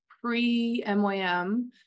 pre-MYM